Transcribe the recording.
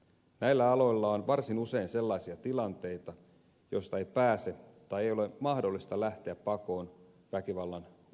näillä aloilla on usein sellaisia tilanteita joista ei pääse tai ei ole mahdollista lähteä pakoon väkivallan uhkaa